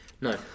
No